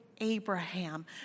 Abraham